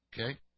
Okay